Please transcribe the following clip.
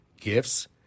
gifts